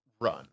run